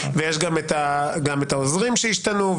ויש גם את העוזרים שהשתנו,